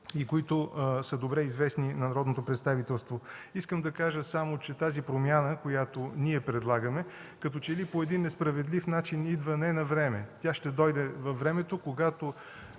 и които са добре известни на народното представителство. Искам да кажа само, че промяната, която ние предлагаме, като че ли по един несправедлив начин идва не навреме Тя ще дойде във времето, когато